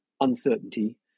uncertainty